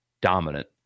dominant